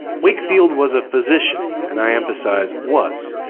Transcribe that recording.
wakefield was a physician, and i emphasize was,